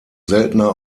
seltener